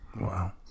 Wow